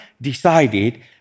decided